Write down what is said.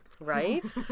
Right